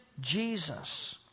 Jesus